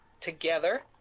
together